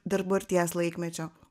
dabarties laikmečio